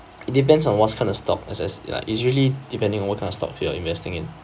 it depends on what kind of stock as as like usually depending on what kind of stock you are investing in